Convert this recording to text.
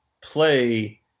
play